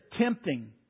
Tempting